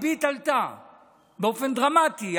הריבית עלתה באופן דרמטי.